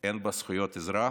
יש בה זכויות אזרח.